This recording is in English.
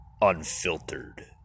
unfiltered